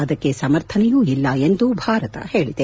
ಅದಕ್ಕೆ ಸಮರ್ಥನೆಯೂ ಇಲ್ಲ ಎಂದು ಭಾರತ ಹೇಳಿದೆ